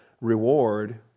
reward